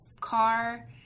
car